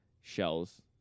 shells